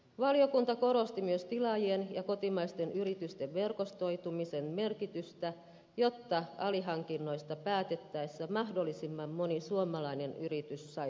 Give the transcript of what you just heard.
valiokunta korosti myös tilaajien ja kotimaisten yritysten verkostoitumisen merkitystä jotta alihankinnoista päätettäessä mahdollisimman moni suomalainen yritys saisi urakoita